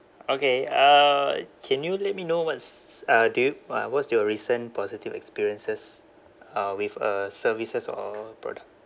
okay uh can you let me know what's a do you uh what's your recent positive experiences uh with a services or a product